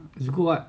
it's good [what]